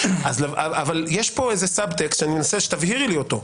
אבל יש פה סבטקסט שאני מנסה שתבהירי לי אותו.